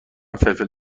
فلفل